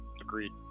Agreed